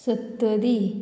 Sattari